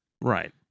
Right